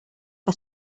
que